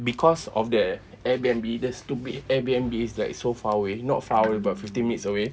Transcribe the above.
because of the airbnb the stupid airbnb is like so far away not far away about fifteen minutes away